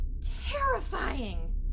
terrifying